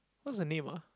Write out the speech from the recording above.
what's her name ah